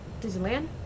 Disneyland